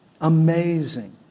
Amazing